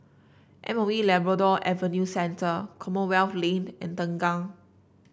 M O E Labrador Adventure Center Commonwealth Lane and Tengah